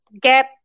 gap